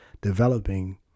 developing